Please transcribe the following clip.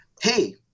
hey